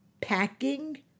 packing